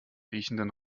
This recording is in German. riechenden